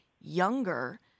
younger